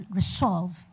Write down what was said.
resolve